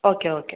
okay okay